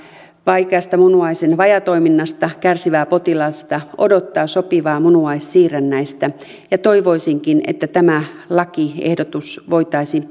vaikeasta munuaisen vajaatoiminnasta kärsivää potilasta odottaa sopivaa munuaissiirrännäistä ja toivoisinkin että tämä lakiehdotus voitaisiin